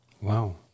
Wow